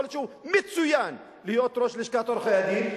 יכול להיות שהוא מצוין להיות ראש לשכת עורכי-הדין,